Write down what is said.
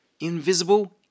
Invisible